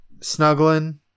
snuggling